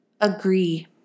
Agree